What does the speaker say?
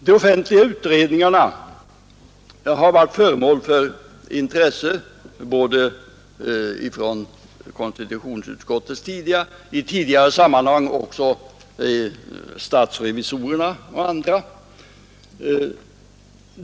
De offentliga utredningarna har varit föremål för intresse både från konstitutionsutskottets sida och i tidigare sammanhang också från statsrevisorernas sida.